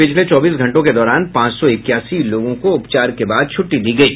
पिछले चौबीस घंटों के दौरान पांच सौ इक्यासी लोगों को उपचार के बाद छुट्टी दी गयी